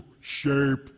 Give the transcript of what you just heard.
shape